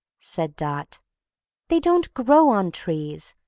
said dot they don't grow on trees,